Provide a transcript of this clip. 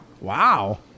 Wow